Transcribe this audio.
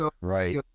Right